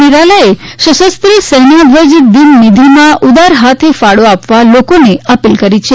નિરાલાએ સશસ્ત્ર સેના ધ્વજ દિન નિધિમાં ઉદાર હાથે ફાળો આપવા લોકોને અપીલ કરી છે